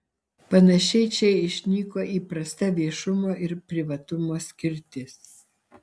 panašiai čia išnyko įprasta viešumo ir privatumo skirtis